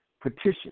petition